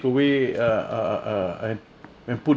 away uh uh uh and and put